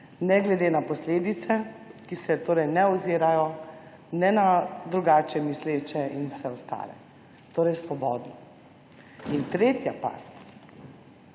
ne glede na posledice, ki se torej ne ozirajo ne na drugače misleče in vse ostale. Torej, svoboda. In tretja past